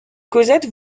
cosette